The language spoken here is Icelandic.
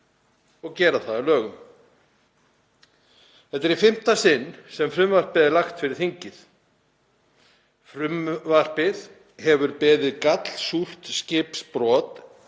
og gera það að lögum. Þetta er í fimmta sinn sem frumvarpið er lagt fyrir þingið. Frumvarpið hefur beðið gallsúrt skipbrot